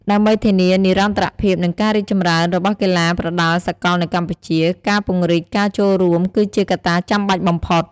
ដើម្បីធានានិរន្តរភាព និងការរីកចម្រើនរបស់កីឡាប្រដាល់សកលនៅកម្ពុជា ការពង្រីកការចូលរួមគឺជាកត្តាចាំបាច់បំផុត។